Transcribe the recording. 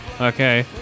okay